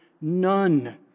none